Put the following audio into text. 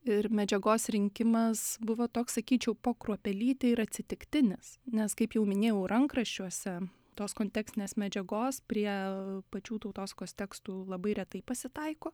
ir medžiagos rinkimas buvo toks sakyčiau po kruopelytę ir atsitiktinis nes kaip jau minėjau rankraščiuose tos kontekstinės medžiagos prie pačių tautosakos tekstų labai retai pasitaiko